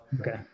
okay